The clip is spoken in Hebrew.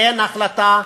אין החלטה,